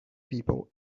people